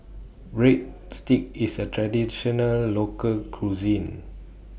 Breadsticks IS A Traditional Local Cuisine